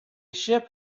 ship